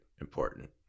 important